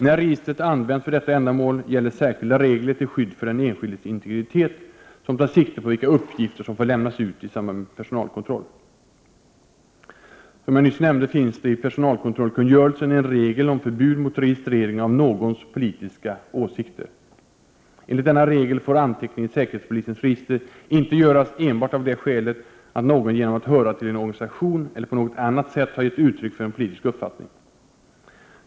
När registret används för detta ändamål gäller särskilda regler till skydd för den enskildes integritet som tar sikte på vilka uppgifter som får lämnas ut i samband med personalkontroll. Som jag nyss nämnde finns det i personalkontrollkungörelsen en regel om förbud mot registrering av någons politiska åsikter. Enligt denna regel får anteckning i säkerhetspolisens register inte göras enbart av det skälet att någon genom att höra till en organisation eller på något annat sätt har gett uttryck för en politisk uppfattning.